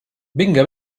vinga